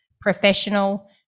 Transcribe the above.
professional